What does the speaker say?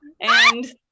And-